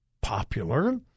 popular